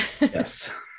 Yes